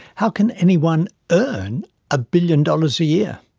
how can anyone earn a billion dollars a year?